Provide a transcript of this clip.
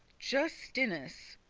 justinus,